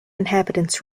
inhabitants